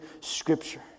scripture